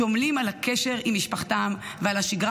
שעמלים על הקשר עם משפחתם ועל השגרה